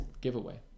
giveaway